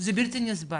זה בלתי נסבל.